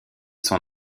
son